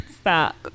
stop